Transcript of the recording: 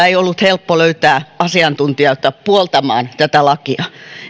ei ollut helppo löytää asiantuntijoita puoltamaan tätä lakia